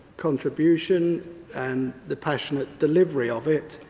contribution and the passionate delivery of it.